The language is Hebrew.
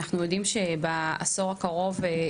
אנחנו יודעים שבעשור הקרוב,